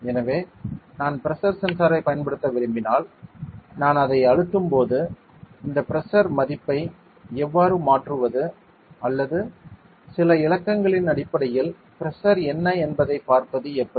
எனவே நான் pressure sensor ஐ பயன்படுத்த விரும்பினால் நான் அதை அழுத்தும்போது இந்த பிரஷர் மதிப்பை எவ்வாறு மாற்றுவது அல்லது சில இலக்கங்களின் அடிப்படையில் பிரஷர் என்ன என்பதைப் பார்ப்பது எப்படி